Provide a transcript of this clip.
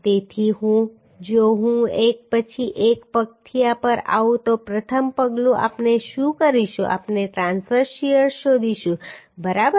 તેથી જો હું એક પછી એક પગથિયાં પર આવું તો પ્રથમ પગલું આપણે શું કરીશું આપણે ટ્રાંસવર્સ શીયર શોધીશું બરાબર